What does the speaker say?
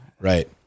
right